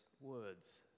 words